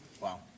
Wow